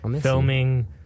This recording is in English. Filming